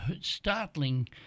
startling